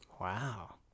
Wow